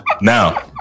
Now